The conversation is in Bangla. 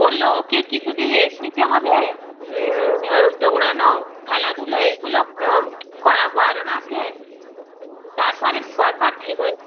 বললো ওকে কিছু দিন রেস্ট নিতে হবে ও দৌড়োনো খেলাধুলো এইগুলো করা বারণ আছে তারপরে পর পার ঠিক হয়ে যা